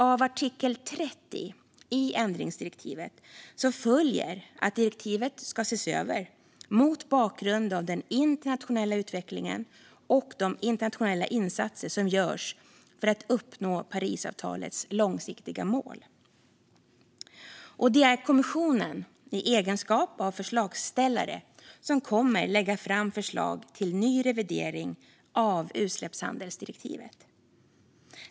Av artikel 30 i ändringsdirektivet följer att direktivet ska ses över mot bakgrund av den internationella utvecklingen och de internationella insatser som görs för att uppnå Parisavtalets långsiktiga mål. Det är kommissionen i egenskap av förslagsställare som kommer att lägga fram förslag till ny revidering av utsläppshandelsdirektivet.